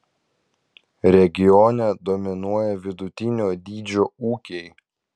regione dominuoja vidutinio dydžio ūkiai